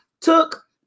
took